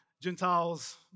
Gentiles